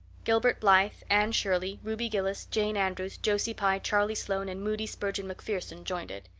gilbert blythe, anne shirley, ruby gillis, jane andrews, josie pye, charlie sloane, and moody spurgeon macpherson joined it.